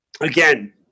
again